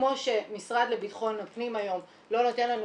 כמו שמשרד לביטחון הפנים היום לא נותן לנו